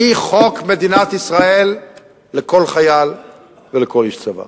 היא חוק מדינת ישראל לכל חייל ולכל איש צבא.